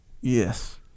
Yes